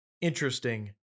interesting